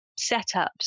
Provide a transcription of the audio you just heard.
setups